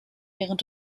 während